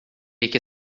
qu’est